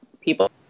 people